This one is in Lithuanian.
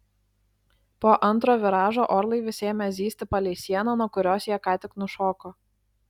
po antro viražo orlaivis ėmė zyzti palei sieną nuo kurios jie ką tik nušoko